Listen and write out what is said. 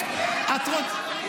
רגע,